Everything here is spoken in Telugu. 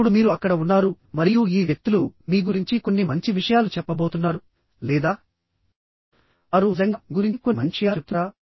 ఇప్పుడు మీరు అక్కడ ఉన్నారు మరియు ఈ వ్యక్తులు మీ గురించి కొన్ని మంచి విషయాలు చెప్పబోతున్నారు లేదా వారు నిజంగా మీ గురించి కొన్ని మంచి విషయాలు చెప్తున్నారా